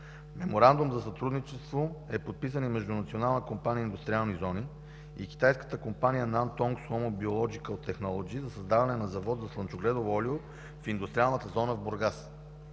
Меморандум за сътрудничество е подписан и между „Национална компания Индустриални зони” и китайската компания „Nantong Sumu Biological Technology” за създаване на завод за слънчогледово олио в индустриалната зона в Бургас.